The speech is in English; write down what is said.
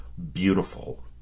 Beautiful